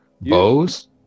bows